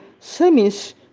semis